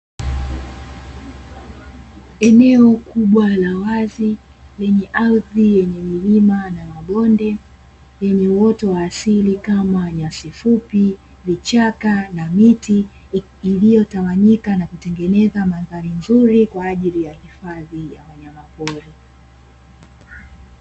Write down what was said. Eneo kubwa la wazi lenye ardhi yenye milima na mabonde, lenye uoto wa asili kama nyasi fupi, vichaka na miti iliyotawanyika na kutengeneza mandhari nzuri kwa ajili ya hifadhi ya wanyamapori.